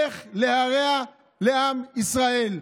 איך להרע לעם ישראל,